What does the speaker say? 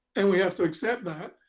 and we have to accept that.